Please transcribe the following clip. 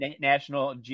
National